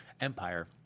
empire